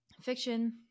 fiction